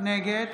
נגד